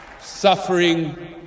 suffering